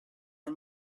are